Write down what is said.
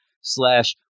slash